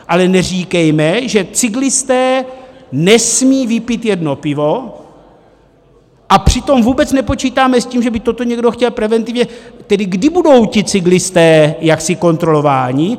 Ale neříkejme, že cyklisté nesmí vypít jedno pivo, a přitom vůbec nepočítáme s tím, že by toto někdo chtěl preventivně tedy kdy budou ti cyklisté jaksi kontrolováni?